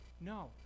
No